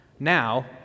Now